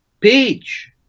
page